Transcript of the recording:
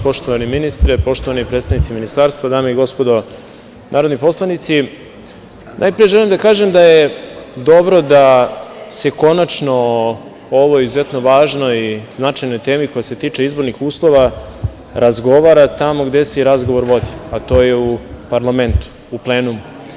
Poštovani ministre, poštovani predstavnici Ministarstva, dame i gospodo narodni poslanici, najpre želim da kažem da je dobro da se končano o ovoj izuzetno važnoj i značajnoj temi koja se tiče izbornih uslova razgovara tamo gde se i razgovor vodi, a to je u parlamentu, u plenumu.